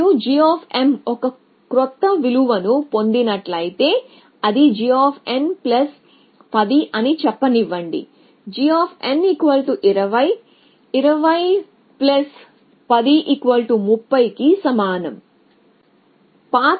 మరియు g ఒక క్రొత్త విలువను పొందినట్లయితే అది g10 అని చెప్పనివ్వండి g 20 2010 30 కి సమానం